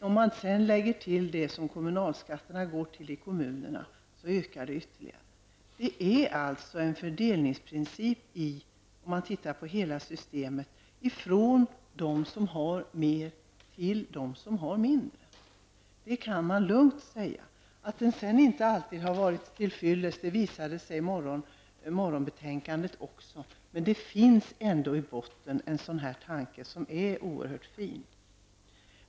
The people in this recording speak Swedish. Om man sedan lägger till det som kommunalskatterna går till i kommunerna blir omfattningen ännu större. Det är alltså en fördelningsprincip -- om man tittar på hela systemet -- från dem som har mer till dem som har mindre. Det kan man lugnt säga. Att allt sedan inte alltid har varit tillfyllest visade det betänkande vi behandlade på morgonen också. Men det finns ändå i botten en sådan här tanke, som är oerhört fin.